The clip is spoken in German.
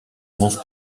muss